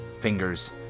Fingers